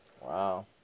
wow